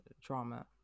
drama